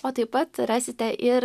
o taip pat rasite ir